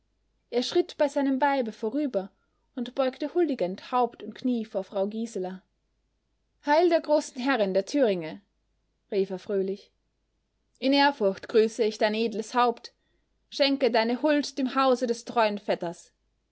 er schritt bei seinem weibe vorüber und beugte huldigend haupt und knie vor frau gisela heil der großen herrin der thüringe rief er fröhlich in ehrfurcht grüße ich dein edles haupt schenke deine huld dem hause des treuen vetters